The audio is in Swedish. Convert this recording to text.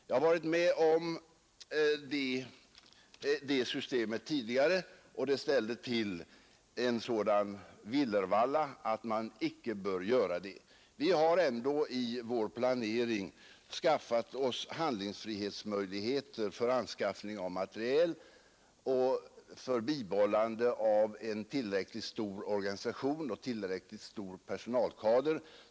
Jag har varit med om det systemet tidigare, och det ställde till en sådan villervalla att man icke bör göra om försöket. Vi har ändå i vår planering skaffat oss handlingsfrihet för anskaffning av materiel och för bibehållande av tillräckligt stor organisation och tillräcklig personalkader.